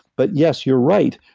but yes, you're right.